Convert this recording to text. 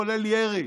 כולל ירי,